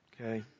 Okay